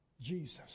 Jesus